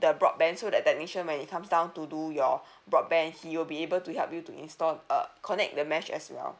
the broadband so the technician when it comes down to do your broadband he will be able to help you to install uh connect the mesh as well